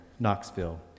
Knoxville